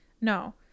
no